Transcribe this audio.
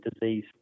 disease